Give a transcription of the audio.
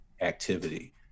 activity